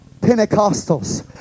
Pentecostals